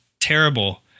terrible